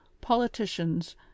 politicians